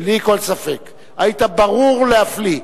בלי כל ספק, היית ברור להפליא.